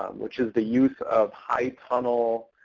um which is the use of high tunnel.